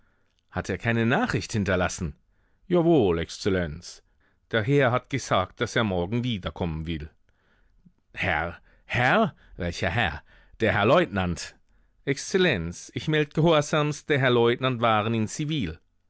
hat er keine nachricht hinterlassen jawohl exzellenz der herr hat gesagt daß er morgen wiederkommen will herr herr welcher herr der herr leutnant exzellenz ich meld ghorsamst der herr leutnant waren in zivil